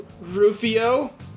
Rufio